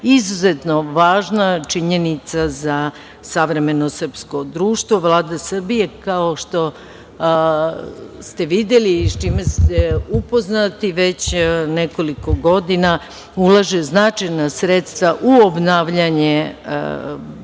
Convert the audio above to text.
izuzetno važna činjenica za savremeno srpsko društvo. Vlada Srbije, kao što ste videli i sa čime ste upoznati, već nekoliko godina ulaže značajna sredstva u obnavljanje velikih